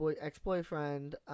ex-boyfriend